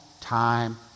time